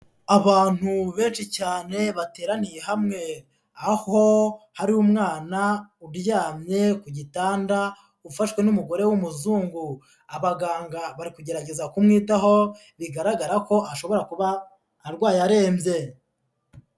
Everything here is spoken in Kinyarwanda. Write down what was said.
Abantu benshi cyane bateraniye hamwe, aho hari umwana uryamye ku gitanda ufashwe n'umugore w'umuzungu, abaganga bari kugerageza kumwitaho, bigaragara ko ashobora kuba arwaye arembye.